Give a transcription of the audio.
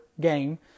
game